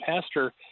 Pastor